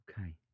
Okay